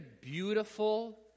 beautiful